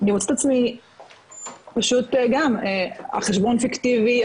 אני מוצאת את עצמי פשוט גם החשבון פיקטיבי,